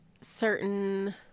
certain